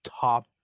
top